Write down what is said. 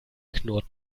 knurrt